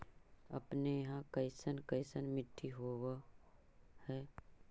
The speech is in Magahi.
अपने यहाँ कैसन कैसन मिट्टी होब है?